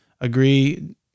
Agree